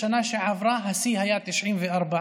בשנה שעברה השיא היה 94,